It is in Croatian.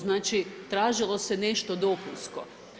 Znači tražilo se nešto dopunsko.